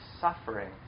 suffering